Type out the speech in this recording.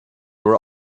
were